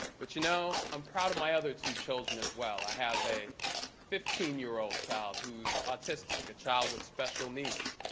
but you know, i'm proud of my other children as well. i have a fifteen year old child who's autistic, a child with special needs.